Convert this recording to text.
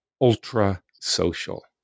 ultra-social